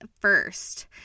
first